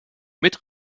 mit